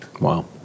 Wow